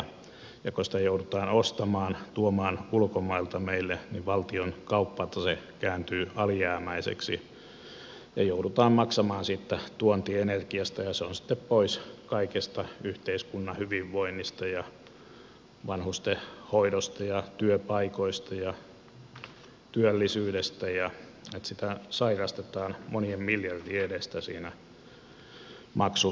kun sitä joudutaan ostamaan tuomaan ulkomailta meille niin valtion kauppatase kääntyy alijäämäiseksi ja joudutaan maksamaan siitä tuontienergiasta ja se on sitten pois kaikesta yhteiskunnan hyvinvoinnista ja vanhustenhoidosta ja työpaikoista ja työllisyydestä ja sitä sairastetaan monien miljardien edestä maksutasevajauksena